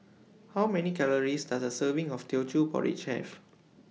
How Many Calories Does A Serving of Teochew Porridge Have